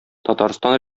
татарстан